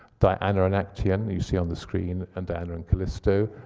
diana and actaeon, you see on the screen, and diana and calisto.